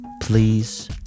please